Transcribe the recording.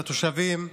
לתושבים.